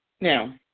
Now